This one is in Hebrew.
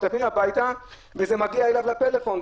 מטלפנים הביתה וזה מגיע אליו לטלפון,